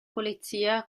polizia